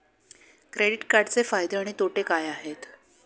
Credit कार्डचे फायदे आणि तोटे काय आहेत?